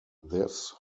this